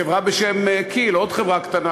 חברה בשם כי"ל, עוד חברה "קטנה"